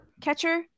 catcher